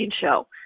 show